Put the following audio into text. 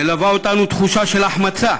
מלווה אותנו תחושה של החמצה,